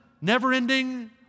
never-ending